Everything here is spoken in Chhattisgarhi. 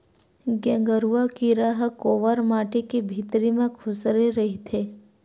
गेंगरूआ कीरा ह कोंवर माटी के भितरी म खूसरे रहिथे